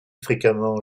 fréquemment